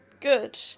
good